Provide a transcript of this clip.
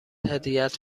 هدیهات